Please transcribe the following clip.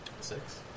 six